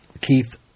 Keith